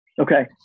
Okay